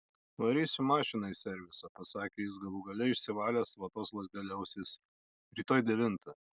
varysiu mašiną į servisą pasakė jis galų gale išsivalęs vatos lazdele ausis rytoj devintą